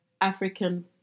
African